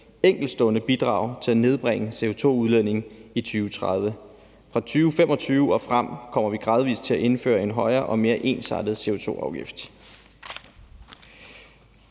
enkeltstående bidrag til at nedbringe CO2-udledningen i 2030. Fra 2025 og frem kommer vi gradvis til at indføre en højere og mere ensartet CO2-afgift.